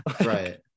Right